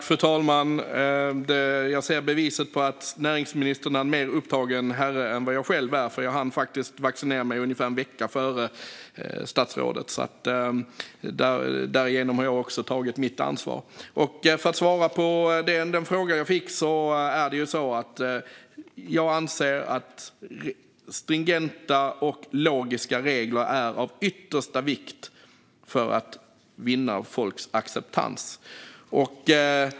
Fru talman! Jag ser beviset på att näringsministern är en mer upptagen herre än vad jag själv är; jag hann faktiskt vaccinera mig ungefär en vecka före statsrådet. Därigenom har jag också tagit mitt ansvar. Låt mig svara på den fråga jag fick. Jag anser att stringenta och logiska regler är av yttersta vikt för att vinna folks acceptans.